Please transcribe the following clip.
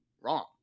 wrong